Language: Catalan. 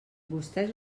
vostès